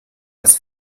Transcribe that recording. was